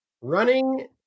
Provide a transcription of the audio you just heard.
running